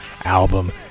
album